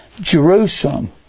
Jerusalem